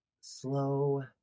slow